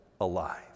alive